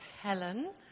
Helen